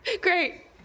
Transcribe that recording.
great